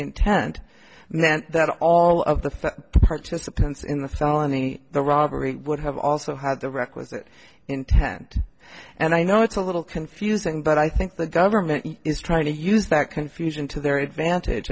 intent meant that all of the participants in the felony the robbery would have also had the requisite intent and i know it's a little confusing but i think the government is trying to use that confusion to their advantage